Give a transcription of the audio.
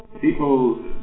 People